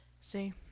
see